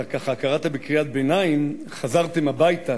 אתה קראת בקריאת ביניים "חזרתם הביתה",